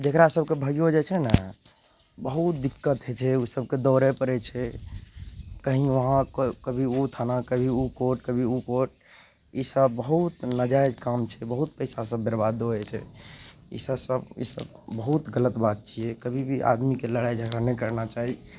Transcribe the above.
जकरा सभके भइयो जाइ छै ने बहुत दिक्कत होइ छै उ सभके दौड़य पड़य छै कहीं उहाँ कभी उ थाना कभी उ कोर्ट कभी उ कोर्ट ई सभ बहुत नाजायज काम छै बहुत पैसा सभ बरबाद भए जाइ छै ई सभ सभ ई सभ बहुत गलत बात छियै कभी भी आदमीके लड़ाइ झगड़ा नहि करना चाही